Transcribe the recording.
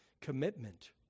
commitment